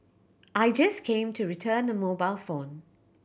I just came to return a mobile phone